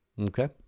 Okay